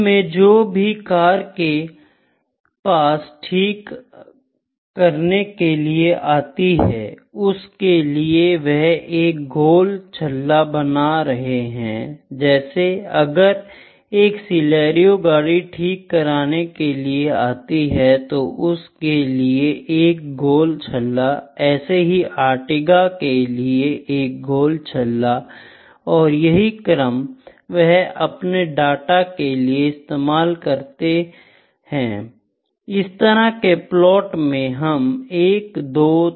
दिन में जो भी कार के पास ठीक करने के लिए आती है उसके लिए वह एक गोल छल्ला बना रहे हैं जैसे अगर एक सिलेरियो गाड़ी ठीक करवाने के लिए आती है तो उसके लिए एक गोल छल्ला ऐसे ही आर्टिका के लिए एक गोल छल्ला और यही क्रम वह अपने डाटा के लिए इस्तेमाल करते हैं इस तरह के प्लॉट में हम 123412312312